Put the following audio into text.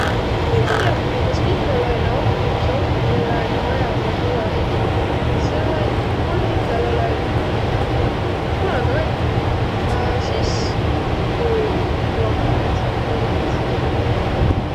Ma-i tiiägi, kas mikrolainõahju sis om nii väega vaja vai olõ õiq, selle et mul hindäl olõ õiq mikrolainõahju. Kunagi oll', a sis tuu plahvat', nii et inämb ei ole.